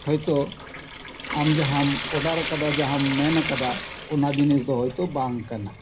ᱦᱳᱭ ᱛᱚ ᱟᱢ ᱡᱟᱦᱟᱸᱢ ᱚᱰᱟᱨ ᱠᱟᱫᱟ ᱡᱟᱦᱟᱸᱟᱢ ᱢᱮᱱ ᱠᱟᱫᱟ ᱚᱱᱟ ᱡᱤᱱᱤᱥ ᱫᱚ ᱦᱳᱭ ᱛᱚ ᱵᱟᱝ ᱠᱟᱱᱟ